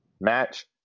match